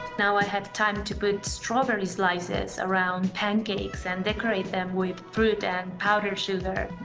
now i have time to put strawberry slices around pancakes and decorate them with fruit and powdered sugar.